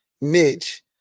Mitch